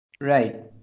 right